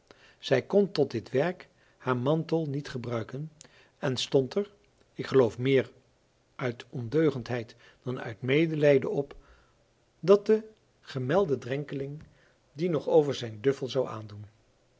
zij kon tot dit werk haar mantel niet gebruiken en stond er ik geloof meer uit ondeugendheid dan uit medelijden op dat de gemelde drenkeling dien nog over zijn duffel zou aandoen